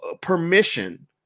permission